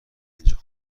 اینجا